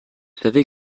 savez